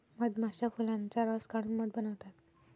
मधमाश्या फुलांचा रस काढून मध बनवतात